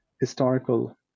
historical